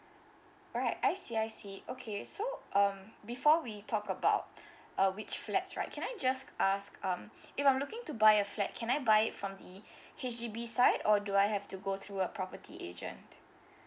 alright I see I see okay so um before we talk about uh which flats right can I just ask um if I'm looking to buy a flat can I buy it from the H_D_B side or do I have to go through a property agent